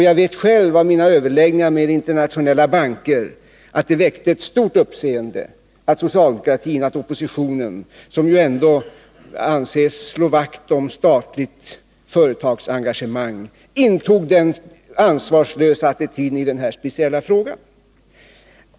Jag vet själv från mina överläggningar med internationella banker att det väckte stort uppseende att socialdemokratin — oppositionen —, som ju anses slå vakt om statligt företagsengagemang, intog denna ansvarslösa attityd i den här speciella frågan.